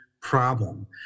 problem